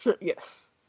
Yes